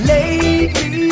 Lady